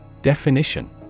Definition